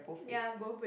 ya both red